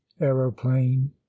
Aeroplane